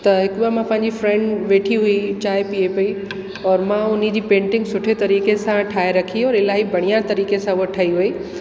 त हिकु बार मां पंहिंजी फ्रेंड वेठी हुई चांहि पीए पेई और मां हुनजी पेंटिंग सुठे तरीक़े सां ठाहे रखी और इलाही बढ़िया तरीक़े सां उहो ठही वेई